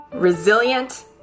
Resilient